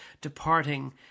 departing